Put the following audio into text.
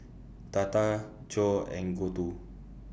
Tata Choor and Gouthu